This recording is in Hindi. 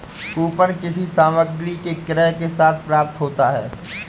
कूपन किसी सामग्री के क्रय के साथ प्राप्त होता है